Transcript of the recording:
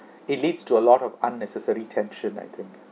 it leads to a lot of unnecessary tension I think